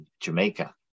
Jamaica